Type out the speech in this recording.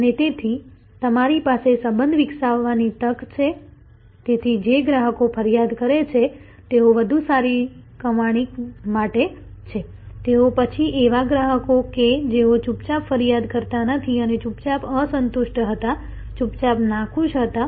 અને તેથી તમારી પાસે સંબંધ વિકસાવવાની તક છે તેથી જે ગ્રાહકો ફરિયાદ કરે છે તેઓ વધુ સારી કમાણી માટે છે તો પછી એવા ગ્રાહકો કે જેઓ ચૂપચાપ ફરિયાદ કરતા નથી અને ચૂપચાપ અસંતુષ્ટ હતા ચૂપચાપ નાખુશ હતા